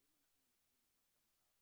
וכאן יש גם כמה שינויים מההוראות,